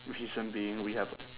reason being we have